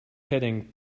heading